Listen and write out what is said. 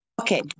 Okay